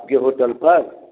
आपके होटल पर